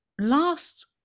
last